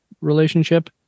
relationship